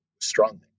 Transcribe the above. strongly